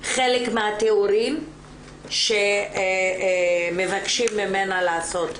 חלק מהתיאורים שמבקשים ממנה לעשות,